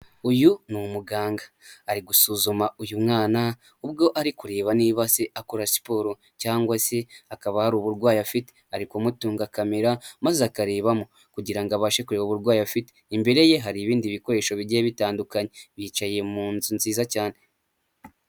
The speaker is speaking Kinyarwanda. Uyu ni umuganga ari gusuzuma uyu mwana ubwo ari kureba niba se akora siporo cyangwa se hakaba hari uburwayi afite, ari kumutunga kamera maze akarebamo kugira ngo abashe kureba uburwayi afite, imbere ye hari ibindi bikoresho bigiye bitandukanye, yicaye mu nzu nziza cyane.